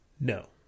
No